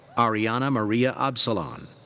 ariana maria absalon.